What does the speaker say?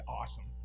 awesome